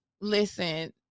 listen